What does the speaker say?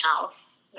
house